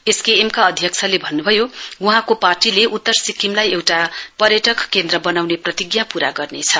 SKM का अध्यक्षले भन्न्भयो वहाँको पार्टीले उत्तर सिक्किमलाई एउटा पर्यटन केन्द्र बनाउने प्रतिज्ञा पूरा गर्नेछ